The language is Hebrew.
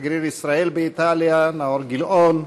שגריר ישראל באיטליה נאור גילאון,